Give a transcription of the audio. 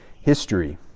history